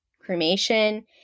cremation